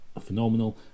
phenomenal